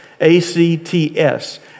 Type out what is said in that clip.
A-C-T-S